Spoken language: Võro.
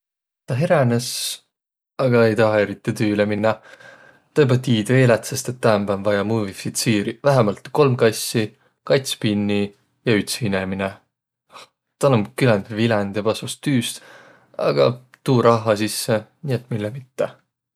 Tä heränes, aga ei tahaq eriti tüüle minnäq. Tä joba tiid eelätsest, et täämbä om vaia mumifitsiiriq vähämbält kolm kassi, kats pinni ja üts inemine. Tä om küländ viländ joba seost tüüst, aga tuu rahha sisse. Nii et mille mitte?